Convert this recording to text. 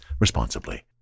responsibly